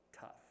Tough